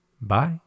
bye